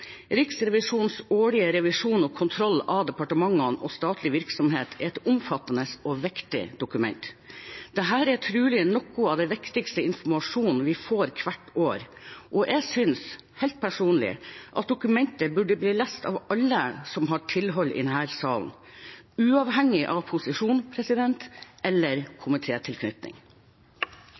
Riksrevisjonens årlige revisjon og kontroll av departementene og statlig virksomhet er et omfattende og viktig dokument. Dette er trolig noe av den viktigste informasjonen vi får hvert år. Jeg synes helt personlig at dokumentet burde bli lest av alle som har tilhold i denne salen, uavhengig av posisjon eller